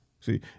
See